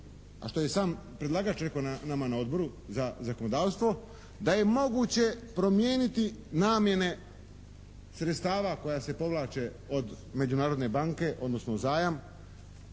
A što je i sam predlagač rekao nama na Odboru za zakonodavstvo da je moguće promijeniti namjene sredstava koja se povlače od Međunarodne banke odnosno zajam